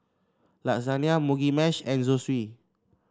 Lasagna Mugi Meshi and Zosui